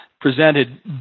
presented